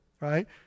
right